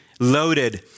Loaded